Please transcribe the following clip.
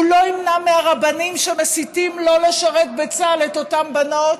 הוא לא ימנע מהרבנים שמסיתים שלא לשרת בצה"ל את אותן בנות,